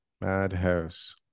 Madhouse